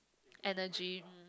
energy um